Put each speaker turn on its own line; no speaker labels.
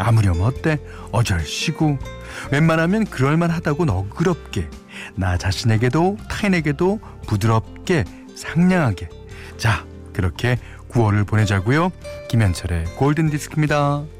아무렴 어때? 어절시고. 웬만하면 그럴만하다고 너그럽게. 나 자신에게도, 타인에게도 부드럽게, 상냥하게. 자, 그렇게 9월을 보내자고요. 김현철의 골든디스크입니다.